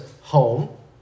home